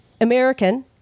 American